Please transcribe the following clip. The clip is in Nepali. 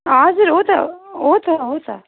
हजुर हो त हो त हो त